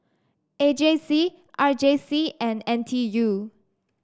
A J C R J C and N T U